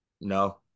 No